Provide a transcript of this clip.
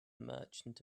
merchant